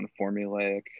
formulaic